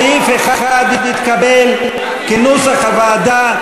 סעיף 1 התקבל כנוסח הוועדה: